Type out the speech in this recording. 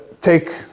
Take